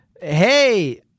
hey